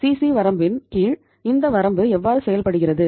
CC வரம்பின் கீழ் இந்த வரம்பு எவ்வாறு செயல்படுகிறது